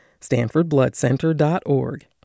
StanfordBloodCenter.org